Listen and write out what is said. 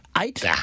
eight